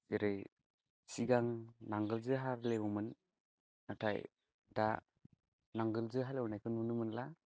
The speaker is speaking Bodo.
जेरै सिगां नांगोलजों हालेवोमोन नाथाय दा नांगोलजों हालेवनायखौ नुनो मोनला